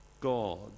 God